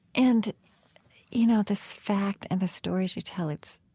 and you know, this fact and the stories you tell, it's